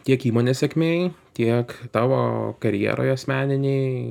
tiek įmonės sėkmei tiek tavo karjeroj asmeninėj